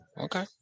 Okay